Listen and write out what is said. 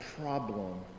problem